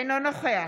אינו נוכח